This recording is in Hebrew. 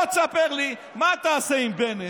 בוא תספר לי מה תעשה עם בנט.